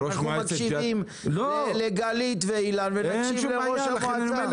אנחנו מקשיבים לגלית ולאילן ונקשיב לראש המועצה.